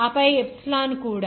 ఆపై ఎప్సిలాన్ కూడా